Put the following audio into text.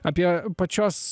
apie pačios